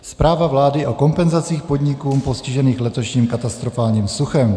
Zpráva vlády o kompenzacích podnikům postiženým letošním katastrofálním suchem